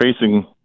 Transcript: facing